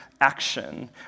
action